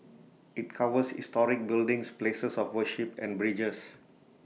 IT covers historic buildings places of worship and bridges